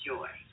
Joy